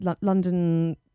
london